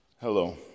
Hello